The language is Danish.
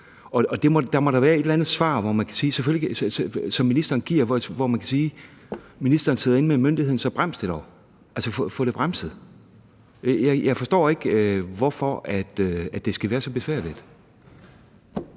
Der må da være et eller andet svar, ministeren kan give, og man kan sige: Ministeren sidder med myndigheden; så brems det dog, få det bremset. Jeg forstår ikke, hvorfor det skal være så besværligt.